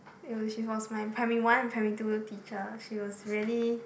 ya she was my primary one and primary two teacher she was really